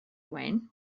wayne